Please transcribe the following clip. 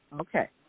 Okay